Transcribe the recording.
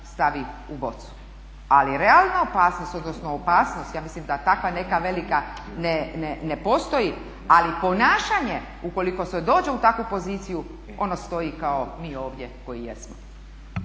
stavi u bocu. Ali realna opasnost odnosno opasnost ja mislim da takva neka velika ne postoji, ali ponašanje ukoliko se dođe u takvu poziciju ono stoji ovdje kao mi ovdje koji jesmo.